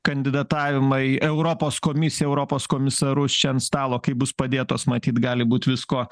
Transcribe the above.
kandidatavimą į europos komisiją europos komisarus čia ant stalo kai bus padėtos matyt gali būt visko